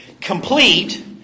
Complete